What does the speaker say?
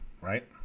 right